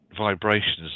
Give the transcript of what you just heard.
vibrations